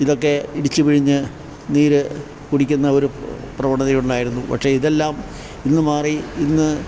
ഇതൊക്കെ ഇടിച്ച് പിഴിഞ്ഞ് നീര് കുടിക്കുന്ന ഒരു പ്രവണതയുണ്ടായിരുന്നു പക്ഷേ ഇതെല്ലാം ഇന്ന് മാറി ഇന്ന്